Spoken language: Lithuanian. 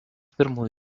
pirmųjų